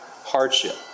hardship